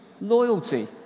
loyalty